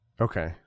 Okay